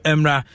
Emra